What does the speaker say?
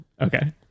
Okay